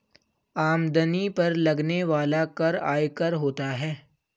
आमदनी पर लगने वाला कर आयकर होता है